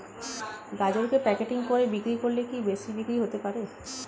গাজরকে প্যাকেটিং করে বিক্রি করলে কি বেশি বিক্রি হতে পারে?